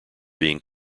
being